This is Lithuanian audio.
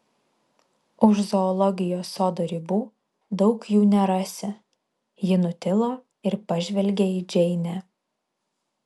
už zoologijos sodo ribų daug jų nerasi ji nutilo ir pažvelgė į džeinę